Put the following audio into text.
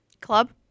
Club